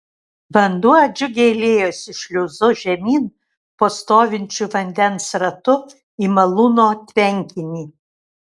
vanduo džiugiai liejosi šliuzu žemyn po stovinčiu vandens ratu į malūno tvenkinį